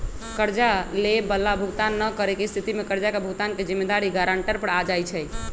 कर्जा लेबए बला भुगतान न करेके स्थिति में कर्जा के भुगतान के जिम्मेदारी गरांटर पर आ जाइ छइ